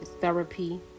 Therapy